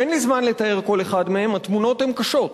אין לי זמן לתאר כל אחד מהם, התמונות הן קשות,